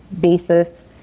basis